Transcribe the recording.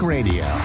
Radio